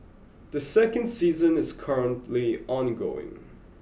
the second season is currently ongoing